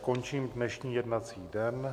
Končím dnešní jednací den.